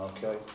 Okay